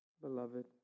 beloved